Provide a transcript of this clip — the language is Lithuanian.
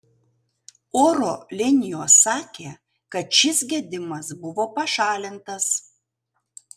oro linijos sakė kad šis gedimas buvo pašalintas